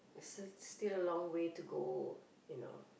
you still still a long way to go you know